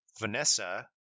Vanessa